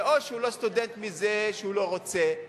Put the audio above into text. ואו שהוא לא סטודנט כי הוא לא רוצה,